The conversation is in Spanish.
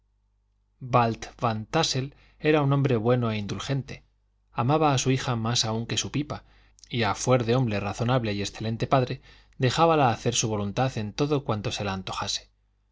van tássel era un hombre bueno e indulgente amaba a su hija más aún que a su pipa y a fuer de hombre razonable y excelente padre dejábala hacer su voluntad en todo cuanto se la antojase su